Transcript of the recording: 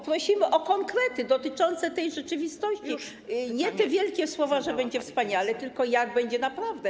Prosimy o konkrety dotyczące tej rzeczywistości - nie o wielkie słowa, że będzie wspaniale, tylko o konkrety, jak będzie naprawdę.